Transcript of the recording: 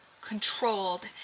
controlled